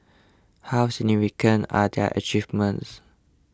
how significant are their achievements